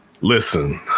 Listen